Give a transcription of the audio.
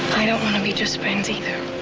i don't want to be just friends either.